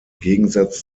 gegensatz